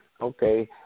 Okay